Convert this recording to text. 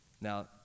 Now